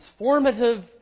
transformative